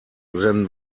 than